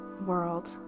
world